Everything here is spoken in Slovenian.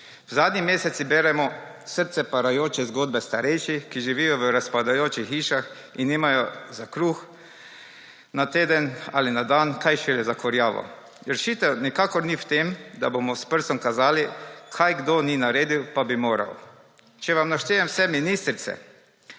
V zadnjih mesecih beremo srce parajoče zgodbe starejših, ki živijo v razpadajočih hišah in nimajo za kruh, na teden ali na dan, kaj šele za kurjavo. Rešitev nikakor ni v tem, da bomo s prstom kazali, kaj kdo ni naredil, pa bi moral. Če vam naštejem vse ministrice,